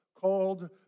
called